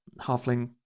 halfling